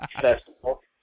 festival